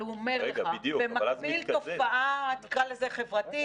אבל הוא אומר לך: במקביל תופעה תקרא לזה חברתית,